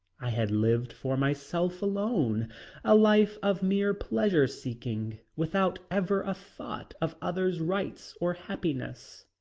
i had lived for myself alone a life of mere pleasure seeking, without ever a thought of others' rights or happiness.